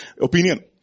opinion